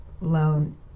loan